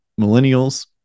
millennials